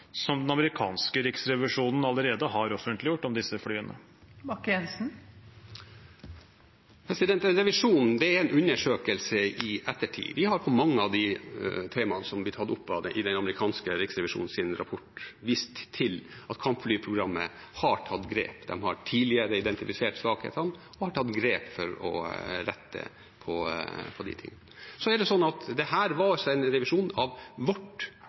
som den amerikanske riksrevisjonen allerede har offentliggjort om disse flyene. En revisjon er en undersøkelse i ettertid. Vi har for mange av de temaene som ble tatt opp i den amerikanske riksrevisjonens rapport, vist til at kampflyprogrammet har tatt grep. De har tidligere identifisert svakhetene og har tatt grep for å rette på de tingene. Så er det slik at dette var en revisjon av vårt